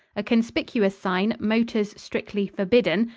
a conspicuous sign, motors strictly forbidden,